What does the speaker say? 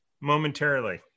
momentarily